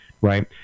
Right